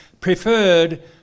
preferred